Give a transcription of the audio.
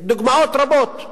דוגמאות רבות,